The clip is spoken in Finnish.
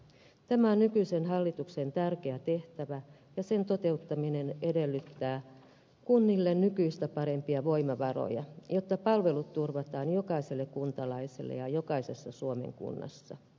tämä on nykyisen hallituksen tärkeä tehtävä ja sen toteuttaminen edellyttää kunnille nykyistä parempia voimavaroja jotta palvelut turvataan jokaiselle kuntalaiselle ja jokaisessa suomen kunnassa